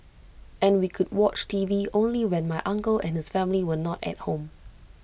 and we could watch T V only when my uncle and his family were not at home